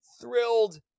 thrilled